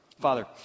Father